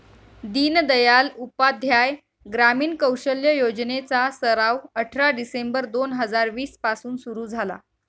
दीनदयाल उपाध्याय ग्रामीण कौशल्य योजने चा सराव अठरा डिसेंबर दोन हजार वीस पासून सुरू झाला